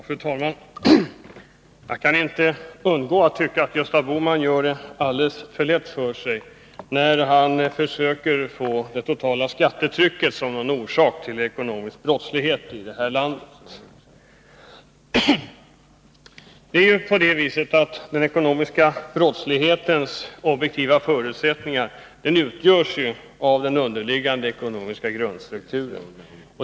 Fru talman! Jag kan inte undgå att säga att jag tycker att Gösta Bohman gör det alldeles för lätt för sig. Han försöker göra gällande att det totala skattetrycket skulle vara en orsak till den ekonomiska brottsligheten i vårt land. Men det är ju på det viset att de objektiva förutsättningarna för den ekonomiska brottsligheten är att finna i den underliggande ekonomiska grundstrukturen.